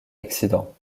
accident